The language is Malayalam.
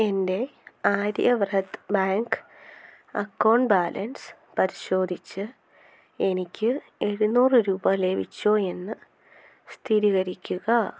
എൻ്റെ ആര്യവ്രത് ബാങ്ക് അക്കൗണ്ട് ബാലൻസ് പരിശോധിച്ച് എനിക്ക് എഴുന്നൂറ് രൂപ ലഭിച്ചോ എന്ന് സ്ഥിരീകരിക്കുക